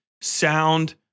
sound